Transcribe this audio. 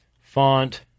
font